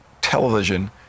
television